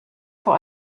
vor